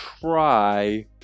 try